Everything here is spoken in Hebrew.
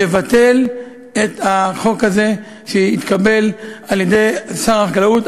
לבטל את החוק הזה, שהתקבל על-ידי שר החקלאות.